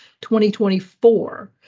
2024